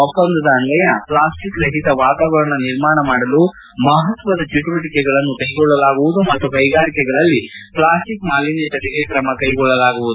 ಒಪ್ಪಂದದ ಅನ್ವಯ ಪ್ಲಾಸ್ಟಿಕ್ ರಹಿತ ವಾತಾವರಣ ನಿರ್ಮಾಣ ಮಾಡಲು ಮಹತ್ವದ ಚಟುವಟಿಕೆಗಳನ್ನು ಕೈಗೊಳ್ಳಲಾಗುವುದು ಮತ್ತು ಕೈಗಾರಿಕೆಗಳಲ್ಲಿ ಪ್ಲಾಸ್ವಿಕ್ ಮಾಲಿನ್ಯ ತಡೆಗೆ ಕ್ರಮ ಕೈಗೊಳ್ಳಲಾಗುವುದು